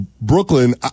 Brooklyn